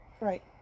Right